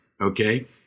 okay